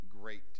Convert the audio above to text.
great